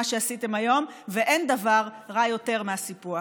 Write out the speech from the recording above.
שעשיתם היום ואין דבר רע יותר מהסיפוח.